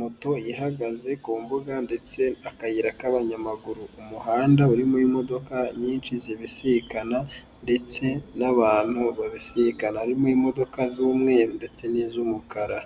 Moto yahagaze ku mbuga ndetse akayira k'abanyamaguru, umuhanda urimo imodoka nyinshi zibisikana ndetse n'abantu babisikana, harimo imodoka z'umweru ndetse n'iz'umukara